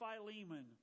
Philemon